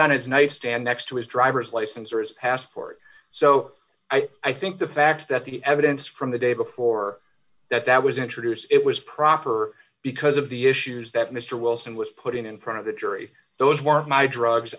his nice stand next to his driver's license or his passport so i think the fact that the evidence from the day before that that was introduced it was proper because of the issues that mister wilson was putting in print of the jury those weren't my drugs